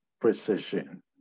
precision